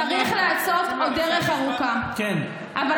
וחייבים לזכור שבשום אופן לא מדובר רק בבעיה אישית אלא בסוגיה מערכתית,